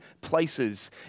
places